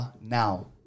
now